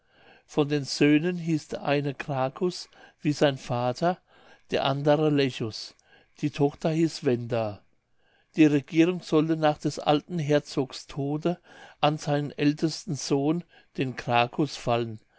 von den söhnen hieß der eine cracus wie der vater der andere lechus die tochter hieß wenda die regierung sollte nach des alten herzogs tode an seinen ältesten sohn den cracus fallen